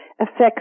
affects